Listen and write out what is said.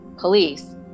police